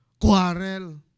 Quarrel